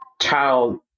child